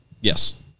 Yes